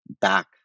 back